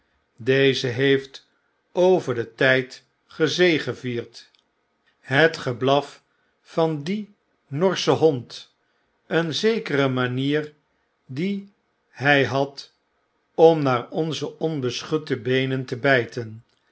deze heeft over den tyd gezegevierd het geblaf van dien norschen hond een zekere manier die hy had om naar onze onbeschutte beenen te byten